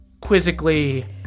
quizzically